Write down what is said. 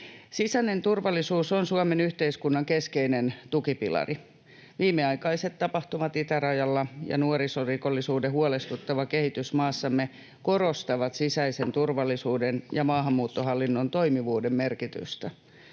Sisäinen turvallisuus on Suomen yhteiskunnan keskeinen tukipilari. Viimeaikaiset tapahtumat itärajalla ja nuorisorikollisuuden huolestuttava kehitys maassamme korostavat sisäisen turvallisuuden ja maahanmuuttohallinnon toimivuuden merkitystä.